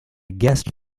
guest